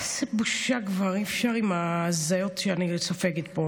איזה בושה, כבר אי-אפשר עם ההזיות שאני סופגת פה.